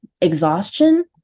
exhaustion